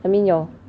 I mean your